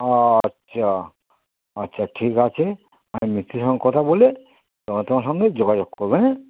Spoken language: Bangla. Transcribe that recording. আচ্ছা আচ্ছা ঠিক আছে আমি মিস্ত্রীর সঙ্গে কথা বলে তোমার তোমার সঙ্গে যোগাযোগ করব হ্যাঁ